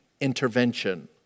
intervention